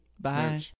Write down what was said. bye